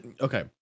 okay